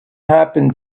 happen